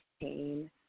pain